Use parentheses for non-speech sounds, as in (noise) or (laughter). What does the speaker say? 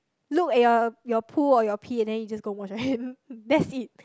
look at your your poo or your pee then you just go wash your hand (laughs) that's it